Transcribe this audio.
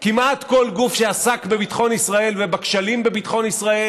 כמעט כל גוף שעסק בביטחון ישראל ובכשלים בביטחון ישראל